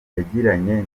yagiranye